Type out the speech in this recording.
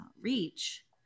reach